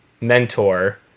mentor